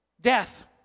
Death